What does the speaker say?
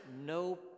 no